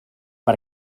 per